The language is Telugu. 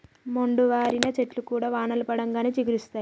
మోడువారిన చెట్లు కూడా వానలు పడంగానే చిగురిస్తయి